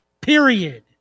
Period